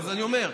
אז אני אומר.